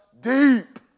deep